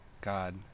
God